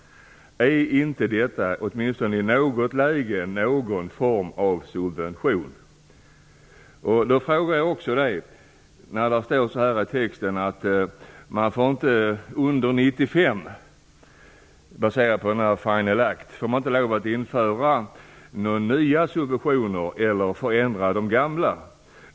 Är inte detta åtminstone i något läge någon form av subvention? Det står i texten att under 1995 får man, baserat på Final Act, inte lov att införa några nya subventioner eller förändra de gamla.